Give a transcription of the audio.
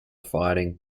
fighting